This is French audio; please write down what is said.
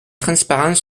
transparents